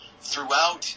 throughout